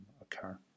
occur